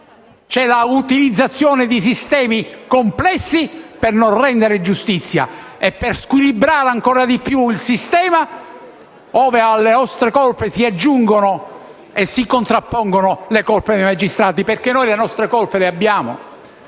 La utilizzazione di sistemi complessi per non rendere giustizia e per squilibrare ancora di più il sistema, ove alle nostre colpe si aggiungono e si contrappongono le colpe dei magistrati. Perché noi le nostre colpe le abbiamo.